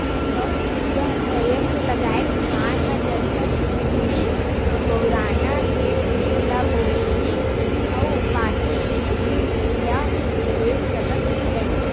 सउर उरजा संयत्र लगाए किसान ह जतका बिजली बउरना हे तेन ल बउरही अउ बाचे बिजली ल बेच सकत हवय